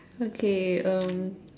okay um